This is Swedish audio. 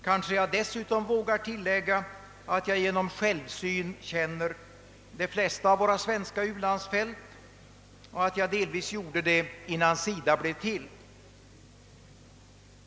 Kanske vågar jag dessutom tillägga att jag genom självsyn har kännedom om de flesta av våra u-landsfält.